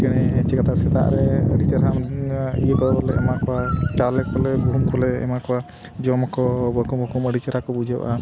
ᱪᱮᱬᱮ ᱪᱤᱠᱟᱹᱛᱮ ᱥᱮᱛᱟᱜ ᱨᱮ ᱟᱹᱰᱤ ᱪᱮᱦᱨᱟ ᱤᱭᱟᱹ ᱠᱚᱞᱮ ᱮᱢᱟ ᱠᱚᱣᱟ ᱪᱟᱣᱞᱮ ᱠᱚᱞᱮ ᱜᱩᱦᱩᱢ ᱠᱚᱞᱮ ᱮᱢᱟ ᱠᱚᱣᱟ ᱡᱚᱢᱟᱠᱚ ᱵᱟᱠᱩᱢ ᱵᱟᱠᱩᱢ ᱟᱹᱰᱤ ᱪᱮᱦᱨᱟ ᱠᱚ ᱵᱩᱡᱷᱟᱹᱜᱼᱟ